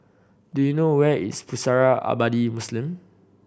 do you know where is Pusara Abadi Muslim